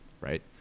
right